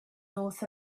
north